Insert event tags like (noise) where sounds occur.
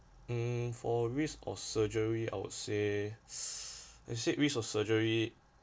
mm for risk or surgery I would say (noise) I said risk of surgery